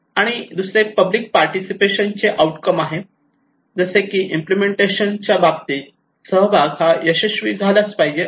आणि दुसरे public participation चे आउटकम आहे जसे की इम्पलेमेंटेशन बाबतीत सहभाग हा यशस्वी झालाच पाहिजे